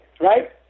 right